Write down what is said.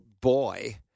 boy